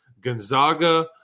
Gonzaga